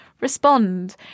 respond